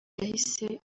yahise